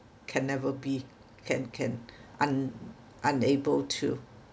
can never be can can un~ unable to